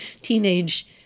teenage